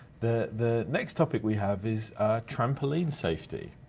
the the next topic we have is trampoline safety.